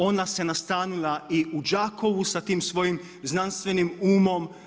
Ona se nastanila i u Đakovu sa tim svojim znanstvenim umom.